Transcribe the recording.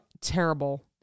terrible